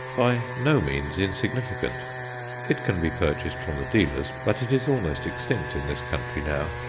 by no means insignificant it can be purchased from the dealers, but it is almost extinct in this country now.